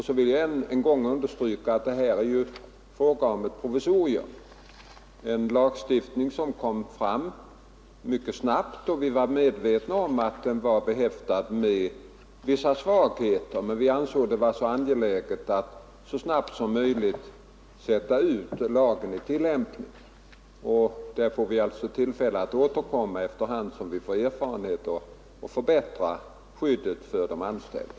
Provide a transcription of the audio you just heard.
Jag vill än en gång understryka att det är fråga om en Nr 44 provisorisk lagstiftning som genomfördes mycket snabbt. Vi var medvet Tisdagen den na om att den led av vissa svagheter, men vi var angelägna om att så 21 mars 1972 snabbt som möjligt låta lagen träda i tillämpning. Vi har möjlighet att efter hand som vi får erfarenheter av lagen återkomma med åtgärder för att förbättra skyddet för de anställda.